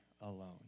alone